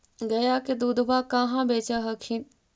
गया के दूधबा कहाँ बेच हखिन?